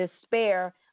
despair